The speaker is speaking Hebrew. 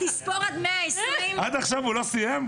תספור עד 120 --- עד עכשיו הוא לא סיים?